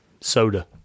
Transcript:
soda